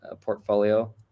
portfolio